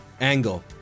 angle